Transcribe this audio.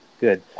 Good